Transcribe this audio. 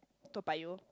Toa-Payoh